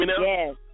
yes